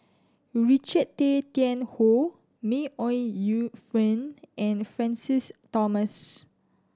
Richard Tay Tian Hoe May Ooi Yu Fen and Francis Thomas